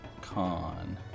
con